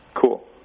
Cool